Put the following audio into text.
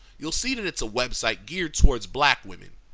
you'll see that it's a website geared towards black women.